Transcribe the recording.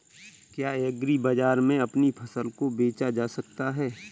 क्या एग्रीबाजार में अपनी फसल को बेचा जा सकता है?